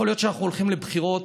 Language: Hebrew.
יכול להיות שאנחנו הולכים לבחירות,